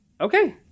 okay